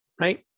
Right